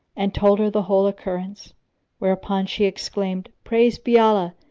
and told her the whole occurrence whereupon she exclaimed, praised be allah,